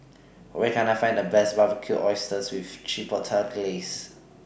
Where Can I Find The Best Barbecued Oysters with Chipotle Glaze